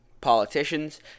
politicians